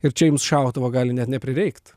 ir čia jums šautuvo gali net neprireikt